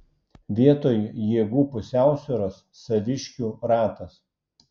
vietoj jėgų pusiausvyros saviškių ratas